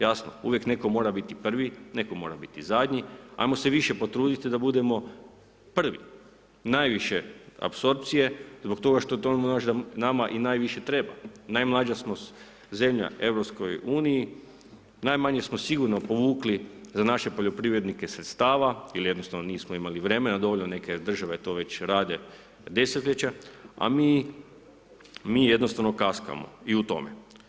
Jasno, uvijek netko mora biti prvi, netko mora biti zadnji, ajmo se više potruditi da budemo prvi, najviše apsorpcije, zbog toga što to nama i najviše treba, najmlađa smo zemlja u Europskoj uniji, najmanje smo sigurno povukli za naše poljoprivrednike sredstava, ili jednostavno nismo imali vremena, dovoljno neke države to već rade desetljeće, a mi, mi jednostavno kaskamo i u tome.